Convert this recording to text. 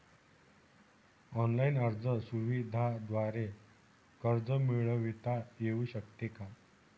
Online अर्ज सुविधांद्वारे कर्ज मिळविता येऊ शकते का?